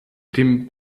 dem